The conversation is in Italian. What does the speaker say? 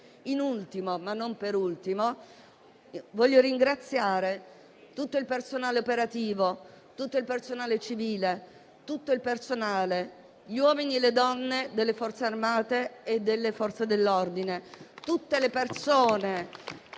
In ultimo, ma non per ultimo, voglio ringraziare tutto il personale operativo, tutto il personale civile, tutto il personale, gli uomini e le donne delle Forze armate e delle Forze dell'ordine, tutte le persone